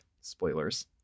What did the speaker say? Spoilers